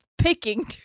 Picking